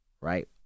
right